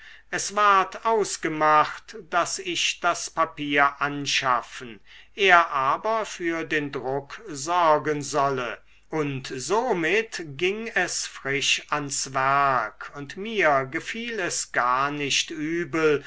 es ward ausgemacht daß ich das papier anschaffen er aber für den druck sorgen solle und somit ging es frisch ans werk und mir gefiel es gar nicht übel